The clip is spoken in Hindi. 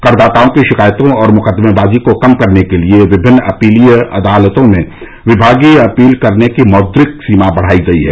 करदाताओं की शिकायतों और मुकदमेबाजी को कम करने के लिए विभिन्न अपीली अदालतों में विभागीय अपील करने की मौद्रिक सीमा बढाई गई है